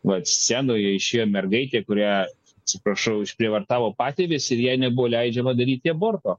vat scenoje išėjo mergaitė kurią atsiprašau išprievartavo patėvis ir jai nebuvo leidžiama daryti aborto